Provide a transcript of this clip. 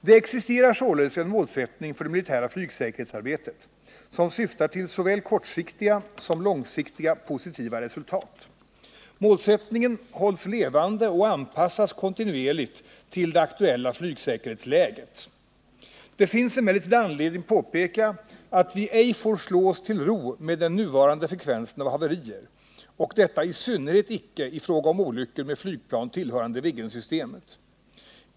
Det existerar således en målsättning för det militära flygsäkerhetsarbetet, som syftar till såväl kortsiktiga som långsiktiga positiva resultat. Målsättningen hålls levande och anpassas kontinuerligt till det aktuella flygsäkerhetsläget. Det finns emellertid anledning påpeka, att vi ej får slå oss till ro med den nuvarande frekvensen av haverier, och detta i synnerhet icke i fråga om olyckor med flygplan tillhörande Viggensystemet.